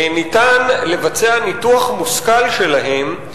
ניתן לבצע ניתוח מושכל שלהם,